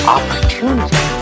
Opportunity